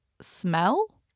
smell